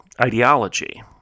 ideology